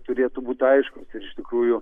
turėtų būti aiškūs ir iš tikrųjų